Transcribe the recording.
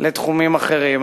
לתחומים אחרים,